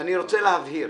אני רוצה להבהיר,